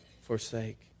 forsake